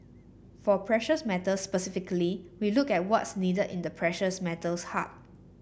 for precious metals specifically we look at what's needed in the precious metals hub